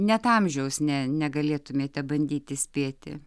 net amžiaus ne negalėtumėte bandyti spėti